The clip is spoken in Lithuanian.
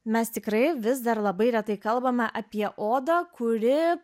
mes tikrai vis dar labai retai kalbame apie odą kuri